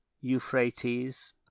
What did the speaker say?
Euphrates